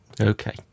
Okay